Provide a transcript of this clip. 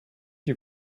you